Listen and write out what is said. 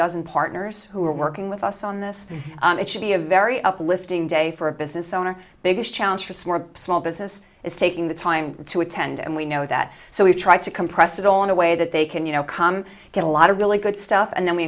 dozen partners who are working with us on this it should be a very uplifting day for a business owner biggest challenge for small business is taking the time to attend and we know that so we try to compress it all in a way that they can you know come get a lot of really good stuff and then we